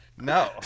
No